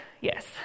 Yes